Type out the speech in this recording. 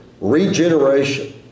regeneration